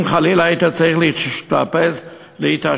אם, חלילה, היית צריך להתאשפז בבית-חולים,